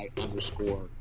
underscore